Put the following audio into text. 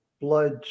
blood